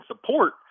support